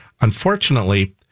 Unfortunately